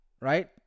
right